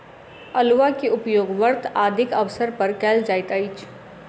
अउलुआ के उपयोग व्रत आदिक अवसर पर कयल जाइत अछि